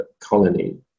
colony